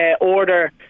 order